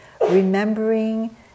Remembering